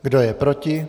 Kdo je proti?